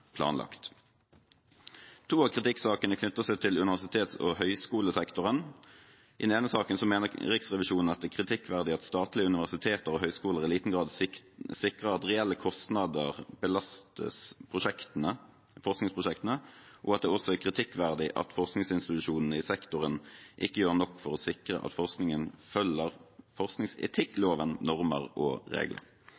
planlagt. To av kritikksakene knytter seg til universitets- og høyskolesektoren. I den ene saken mener Riksrevisjonen at det er kritikkverdig at statlige universiteter og høyskoler i liten grad sikrer at reelle kostnader belastes forskningsprosjektene, og at det også er kritikkverdig at forskningsinstitusjonene i sektoren ikke gjør nok for å sikre at forskningen følger